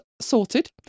sorted